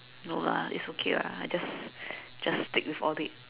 no lah it's okay lah I just just stick with audit